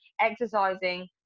exercising